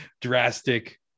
drastic